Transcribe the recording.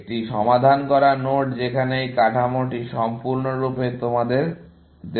একটি সমাধান করা নোড যেখানে এই কাঠামোটি সম্পূর্ণরূপে তোমাদের দেওয়া হয়েছে